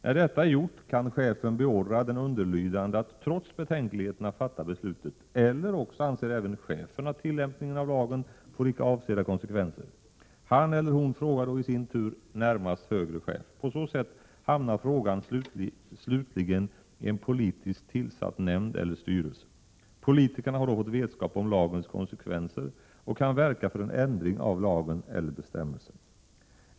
När detta är gjort, kan chefen beordra den underlydande att trots betänkligheterna fatta beslutet. Eller också anser även chefen att tillämpningen av lagen får icke avsedda konsekvenser. Han eller hon frågar då i sin tur närmast högre chef. På så sätt hamnar frågan slutligen i en politiskt tillsatt nämnd eller styrelse. Politikerna har då fått vetskap om lagens konsekvenser och kan verka för en ändring av lagen eller bestämmelsen.